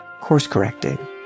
Course-correcting